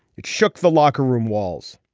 it shook the locker room walls